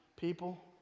people